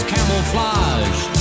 Camouflage